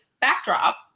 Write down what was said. backdrop